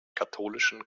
katholischen